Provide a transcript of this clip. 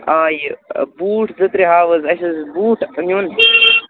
آ یہِ بوٗٹ زٕ ترٛےٚ ہاو حظ اَسہِ ٲسۍ بوٗٹ نِیُن